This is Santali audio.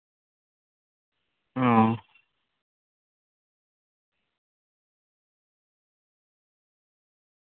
ᱚᱻ